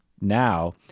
now